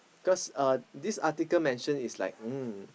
cause uh this article mention is like um